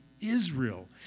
Israel